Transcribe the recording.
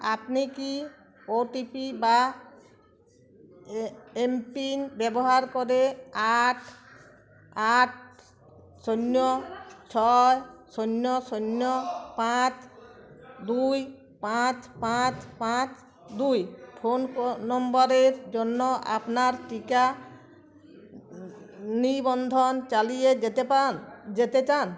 আপনি কি ওটিপি বা এ এমপিন ব্যবহার করে আট আট শূন্য ছয় শূন্য শূন্য পাঁচ দুই পাঁচ পাঁচ পাঁচ দুই ফোন কো নম্বরের জন্য আপনার টিকা নিবন্ধন চালিয়ে যেতে পান যেতে চান